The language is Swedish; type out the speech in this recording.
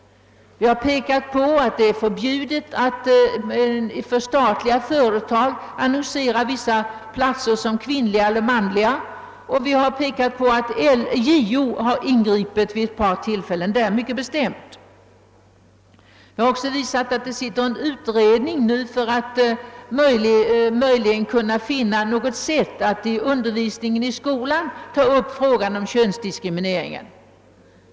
Vi har vidare pekat på att det är förbjudet för statliga företag att annonsera vissa platser som kvinnliga eller manliga, och vi har framhållit att JO har ingripit mycket bestämt vid ett par tillfällen. Vi har påtalat, att en utredning undersöker möjligheterna att i skolundervisningen ta upp frågan om könsdiskrimineringen.